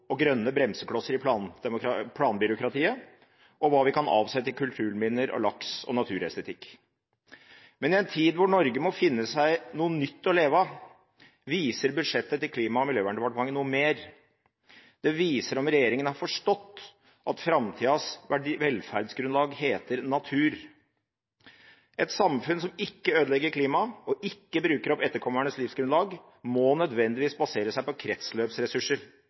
og grønne bremseklosser i planbyråkratiet, og hva vi kan avsette til kulturminner, laks og naturestetikk. Men i en tid da Norge må finne seg noe nytt å leve av, viser budsjettet til Klima- og miljødepartementet noe mer. Det viser om regjeringen har forstått at framtidas velferdsgrunnlag heter natur. Et samfunn som ikke ødelegger klimaet og ikke bruker opp etterkommernes livsgrunnlag, må nødvendigvis basere seg på kretsløpsressurser